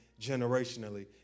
generationally